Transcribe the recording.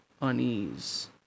unease